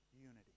unity